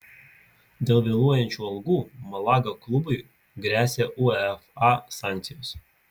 dėl vėluojančių algų malaga klubui gresia uefa sankcijos